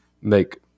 make